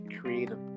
creative